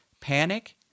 panic